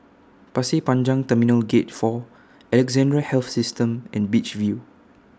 Pasir Panjang Terminal Gate four Alexandra Health System and Beach View